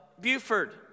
Buford